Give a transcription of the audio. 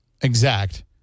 Exact